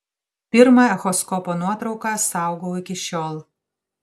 pirmą echoskopo nuotrauką saugau iki šiol